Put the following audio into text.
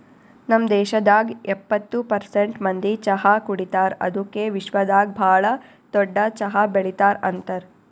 ನಮ್ ದೇಶದಾಗ್ ಎಪ್ಪತ್ತು ಪರ್ಸೆಂಟ್ ಮಂದಿ ಚಹಾ ಕುಡಿತಾರ್ ಅದುಕೆ ವಿಶ್ವದಾಗ್ ಭಾಳ ದೊಡ್ಡ ಚಹಾ ಬೆಳಿತಾರ್ ಅಂತರ್